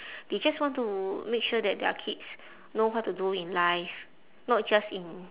they just want to make sure that their kids know what to do in life not just in